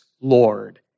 Lord